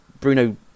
Bruno